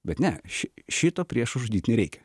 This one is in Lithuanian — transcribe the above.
bet ne šito priešo žudyt nereikia